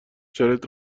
شرایط